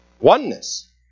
oneness